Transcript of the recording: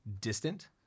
distant